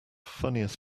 funniest